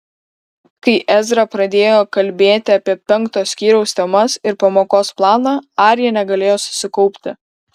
kai ezra pradėjo kalbėti apie penkto skyriaus temas ir pamokos planą arija negalėjo susikaupti